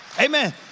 amen